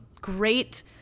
great